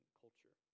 culture